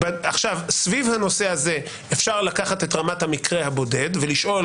סביב הנושא הזה אפשר לקחת את רמת המקרה הבודד ולשאול,